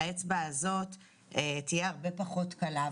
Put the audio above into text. שהאצבע הזאת תהיה הרבה פחות קלה.